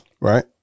Right